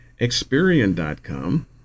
Experian.com